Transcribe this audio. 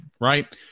right